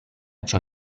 ciò